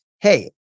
hey